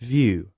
View